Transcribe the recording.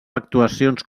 actuacions